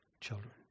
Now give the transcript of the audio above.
children